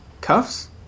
Cuffs